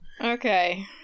Okay